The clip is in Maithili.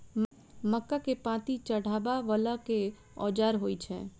मक्का केँ पांति चढ़ाबा वला केँ औजार होइ छैय?